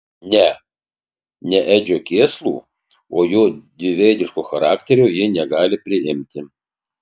ne ne edžio kėslų o jo dviveidiško charakterio ji negali priimti